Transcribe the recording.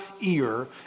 ear